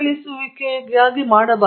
ನಿಮ್ಮನ್ನು ಶಾಪ ಮಾಡುವುದು ಸ್ವಲ್ಪ ಕಷ್ಟ